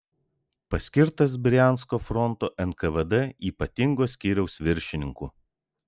paskirtas briansko fronto nkvd ypatingo skyriaus viršininku